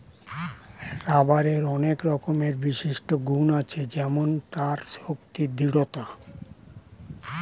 রাবারের অনেক রকমের বিশিষ্ট গুন্ আছে যেমন তার শক্তি, দৃঢ়তা